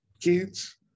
kids